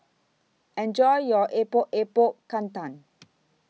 Enjoy your Epok Epok Kentang